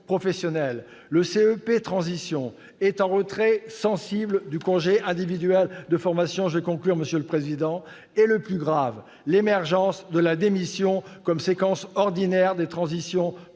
professionnelles. Le CEP transition est en retrait sensible du congé individuel de formation. Voici le plus grave : l'émergence de la démission comme séquence ordinaire des transitions